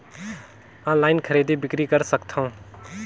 Online खरीदी बिक्री कर सकथव?